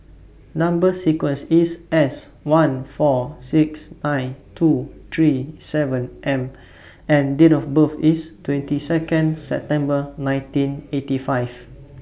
Number sequence IS S one four six nine two three seven M and Date of birth IS twenty Second September nineteen eighty five